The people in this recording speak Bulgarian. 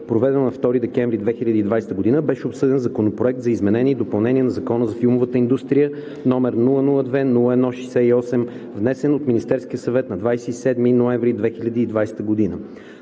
проведено на 2 декември 2020 г., беше обсъден Законопроект за изменение и допълнение на Закона за филмовата индустрия, № 002-01-68, внесен от Министерския съвет на 27 ноември 2020 г.